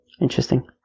Interesting